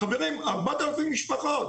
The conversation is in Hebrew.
חברים, 4,000 משפחות.